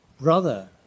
brother